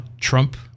Trump